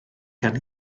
gan